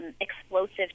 explosive